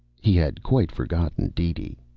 he had quite forgotten deedee.